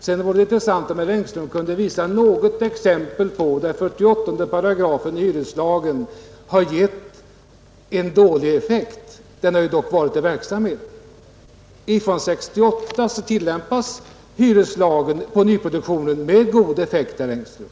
Sedan vore det intressant om herr Engström kunde visa något exempel på att 48 § i hyreslagen gett en dålig effekt. Sedan 1968 tillämpas hyreslagen bl.a. på nyproduktionen med god effekt, herr Engström.